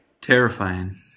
Terrifying